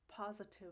positive